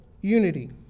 unity